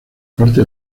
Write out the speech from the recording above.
parte